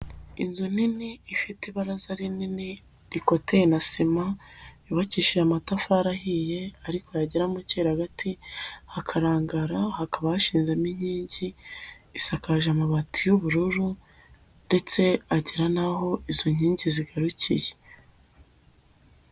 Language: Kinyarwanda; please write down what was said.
Inzu nini ifite ibaraza rinini rikoteye na sima yubakishije amatafari ahiye ariko yagera mu cyeragati hakarangara, hakaba hashizezemo inkingi isakaje amabati y'ubururu ndetse agera n'aho izo nkingi zigarukiye.